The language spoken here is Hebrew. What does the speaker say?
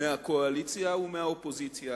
מהקואליציה ומהאופוזיציה,